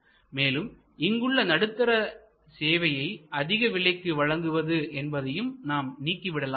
மேலும் இங்குள்ள நடுத்தர தர சேவையை அதிக விலைக்கு வழங்குவது என்பதையும் நாம் நீக்கிவிடலாம்